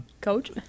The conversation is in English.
coach